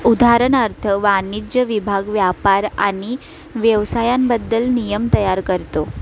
उदाहरणार्थ वाणिज्य विभाग व्यापार आणि व्यवसायांबद्दल नियम तयार करतो